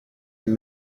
and